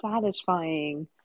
satisfying